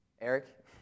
Eric